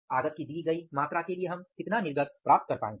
आगतो की दी गई मात्रा के लिए हम कितना निर्गत प्राप्त कर पाए हैं